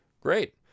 great